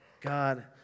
God